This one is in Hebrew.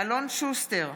אלון שוסטר,